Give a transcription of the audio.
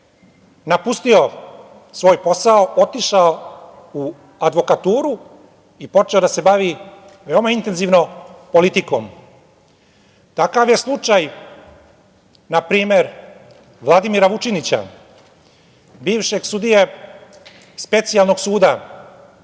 napustio svoj posao, otišao u advokaturu i počeo da se bavi veoma intenzivno politikom. Takav je slučaj npr. Vladimira Vučinića, bivšeg sudije Specijalnog suda,